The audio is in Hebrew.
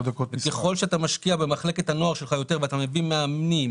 וככל שאתה משקיע במחלקת הנוער שלך יותר ואתה מביא מאמנים